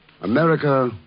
America